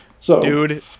Dude